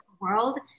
world